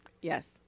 Yes